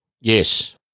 Yes